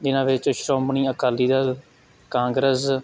ਜਿਨ੍ਹਾਂ ਵਿੱਚ ਸ਼੍ਰੋਮਣੀ ਅਕਾਲੀ ਦਲ ਕਾਂਗਰਸ